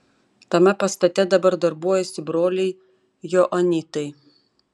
tame pastate dabar darbuojasi broliai joanitai